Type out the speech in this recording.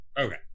okay